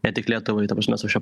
ne tik lietuvai ta prasme su šia